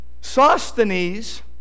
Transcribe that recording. Sosthenes